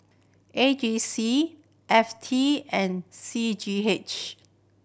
A G C F T and C G H